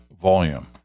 volume